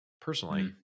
Personally